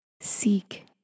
Seek